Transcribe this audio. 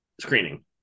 screening